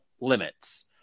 limits